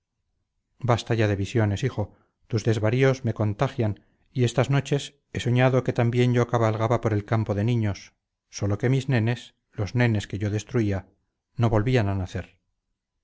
basta ya de visiones hijo tus desvaríos me contagian y estas noches he soñado que también yo cabalgaba por el campo de niños sólo que mis nenes los nenes que yo destruía no volvían a nacer